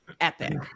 epic